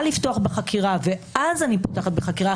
לפתוח בחקירה ואז אני פותחת בחקירה,